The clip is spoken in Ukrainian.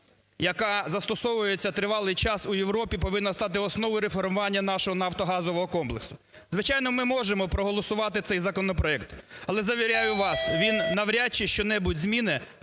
яка застосовується тривалий час у Європі, повинна стати основою реформування нашого нафтогазового комплексу. Звичайно, ми можемо проголосувати цей законопроект, але завіряю вас, він навряд чи що-небудь змінить